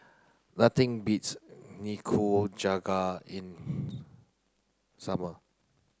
nothing beats Nikujaga in summer